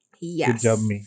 yes